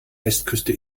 westküste